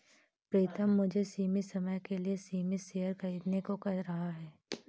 प्रितम मुझे सीमित समय के लिए सीमित शेयर खरीदने को कह रहा हैं